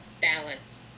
balance